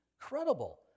credible